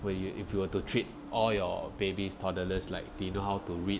when you if you were to treat all your babies toddlers like they know how to read